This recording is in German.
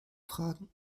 fragen